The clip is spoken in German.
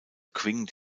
qing